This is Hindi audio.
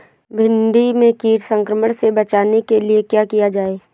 भिंडी में कीट संक्रमण से बचाने के लिए क्या किया जाए?